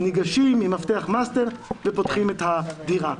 ניגשים עם מפתח מסטר ופותחים את הדירה.